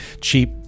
cheap